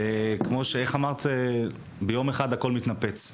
כמו שאמרה נאוה, ביום אחד הכול מתנפץ.